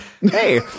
hey